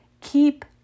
Keep